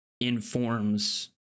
informs